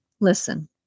Listen